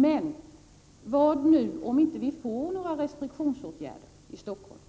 Men vad händer om det nu inte blir någon överenskommelse om några restriktionsåtgärder i Helsingfors?